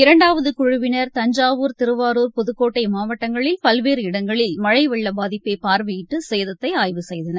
இரண்டாவதுகுழுவினர் தஞ்சாவூர் திருவாரூர் புதுக்கோட்டைமாவட்டங்களில் பல்வேறு இடங்களில் மழை வெள்ளபாதிப்பைபார்வையிட்டுசேத்தைஆய்வு செய்தனர்